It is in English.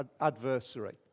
adversary